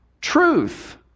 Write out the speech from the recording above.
truth